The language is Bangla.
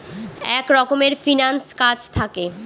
এক রকমের ফিন্যান্স কাজ থাকে